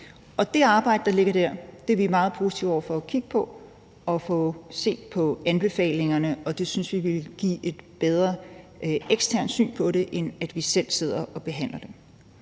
Det arbejde, der ligger der, er vi meget positive over for at kigge på, altså at få set på anbefalingerne, og det synes vi vil give et bedre eksternt syn på det, end hvis vi selv sidder og behandler det.